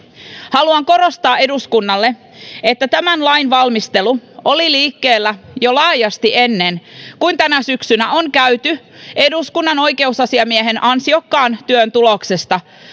haluan korostaa eduskunnalle että tämän lain valmistelu oli liikkeellä laajasti jo ennen kuin tänä syksynä on käyty eduskunnan oikeusasiamiehen ansiokkaan työn tuloksesta